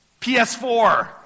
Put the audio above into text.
PS4